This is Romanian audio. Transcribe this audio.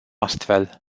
astfel